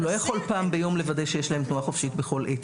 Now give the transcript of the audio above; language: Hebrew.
הוא לא יכול פעם ביום לוודא שיש להם תנועה חופשית בכל עת.